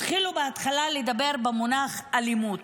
בהתחלה התחילו לדבר במונח אלימות.